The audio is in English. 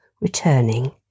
returning